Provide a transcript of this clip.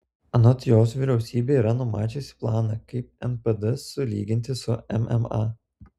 anot jos vyriausybė yra numačiusi planą kaip npd sulyginti su mma